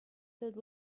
filled